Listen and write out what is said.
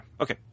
Okay